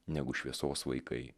negu šviesos vaikai